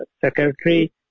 secretary